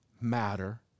matter